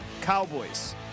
Cowboys